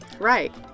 Right